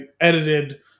edited